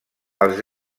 els